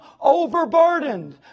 overburdened